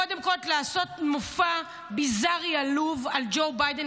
קודם כול לעשות מופע ביזארי עלוב על ג'ו ביידן,